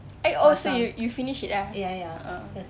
eh oh so you you finish it ah